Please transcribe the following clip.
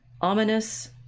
Ominous